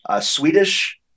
Swedish